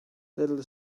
little